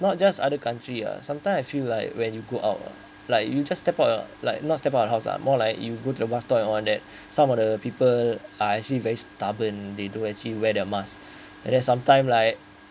not just other country uh sometimes I feel like when you go out uh like you just step out uh like not step out house uh more like you go to bus stop and all that some of the people are actually very stubborn they don't actually wear their mask and then sometime like